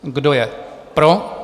Kdo je pro?